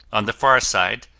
on the far side,